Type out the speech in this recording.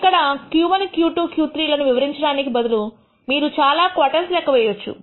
ఇక్కడ Q1 Q2 Q3 లను వివరించడానికి బదులు మీరు చాలా క్వోర్టైల్స్ లెక్క వేయవచ్చు